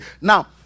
Now